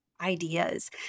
ideas